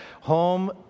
Home